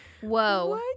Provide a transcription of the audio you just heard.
Whoa